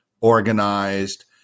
organized